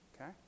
okay